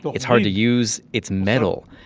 but it's hard to use. it's metal.